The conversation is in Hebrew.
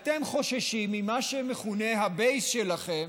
אתם חוששים ממה שמכונה ה-base שלכם,